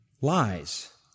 lies